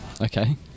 Okay